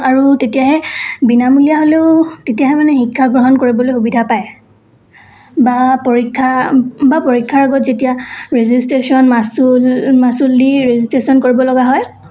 আৰু তেতিয়াহে বিনামূলীয়া হ'লেও তেতিয়াহে মানে শিক্ষা গ্ৰহণ কৰিবলৈ সুবিধা পায় বা পৰীক্ষা বা পৰীক্ষাৰ আগত যেতিয়া ৰেজিষ্ট্ৰেশ্যন মাচুল মাচুল দি ৰেজিষ্ট্ৰেশ্যন কৰিব লগা হয়